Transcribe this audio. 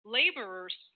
laborers